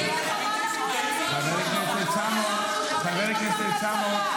והומופוביה, זאת לא עמדה לגיטימית.